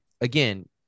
again